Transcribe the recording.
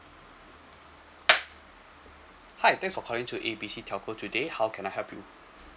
hi thanks for calling to A B C telco today how can I help you